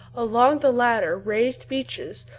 along the latter raised beaches,